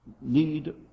need